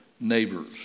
neighbors